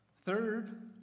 Third